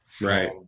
right